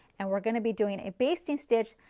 and we're going to be doing a basting stitch,